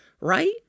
right